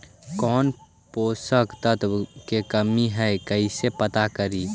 कौन पोषक तत्ब के कमी है कैसे पता करि?